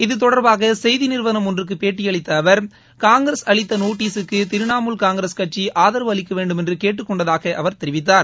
இது தொடர்பாக செய்தி நிறுவனம் ஒன்றுக்கு பேட்டியளித்த அவர் காங்கிரஸ் அளித்த நோட்டீஸுக்கு திரிணமூல் காங்கிரஸ் கட்சி ஆதரவு அளிக்க வேண்டுமென்று கேட்டுக் கொண்டதாக அவர் தெரிவித்தார்